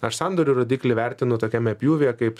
aš sandorių rodiklį vertinu tokiame pjūvyje kaip